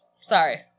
sorry